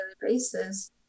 basis